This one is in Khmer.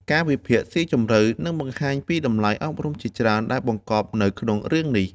ការវិភាគស៊ីជម្រៅនឹងបង្ហាញពីតម្លៃអប់រំជាច្រើនដែលបង្កប់នៅក្នុងរឿងនេះ។